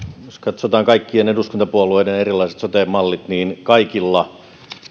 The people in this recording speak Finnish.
jos katsotaan kaikkien eduskuntapuolueiden erilaiset sote mallit niin kaikilla